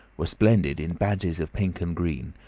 were splendid in badges of pink and green,